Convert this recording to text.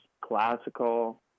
classical